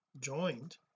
joined